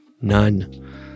none